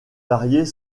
varier